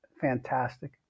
fantastic